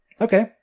Okay